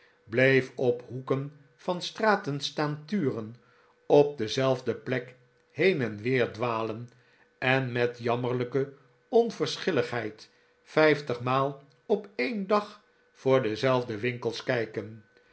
bleef op hoeken van straten staan turen op dezelfde plek heen en weer dwalen en met jammerlijke onverschilligheid vijftig maal op een dag voor dezelfde winkels kijken